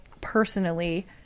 personally